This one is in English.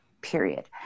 period